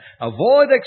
avoid